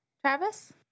Travis